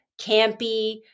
campy